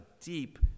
deep